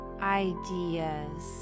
ideas